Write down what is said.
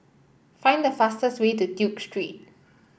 find the fastest way to Duke Street